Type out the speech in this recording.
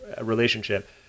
relationship